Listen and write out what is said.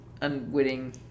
unwitting